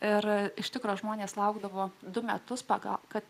ir iš tikro žmonės laukdavo du metus pagal kad